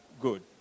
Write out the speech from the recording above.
good